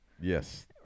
yes